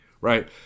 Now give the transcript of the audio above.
right